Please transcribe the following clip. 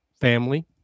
family